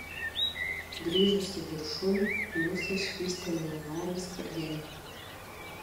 grįžusi viršun liusė švystelėjo norai skardinę